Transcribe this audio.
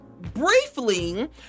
briefly